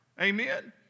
Amen